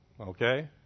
Okay